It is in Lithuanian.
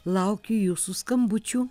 laukiu jūsų skambučių